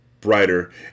brighter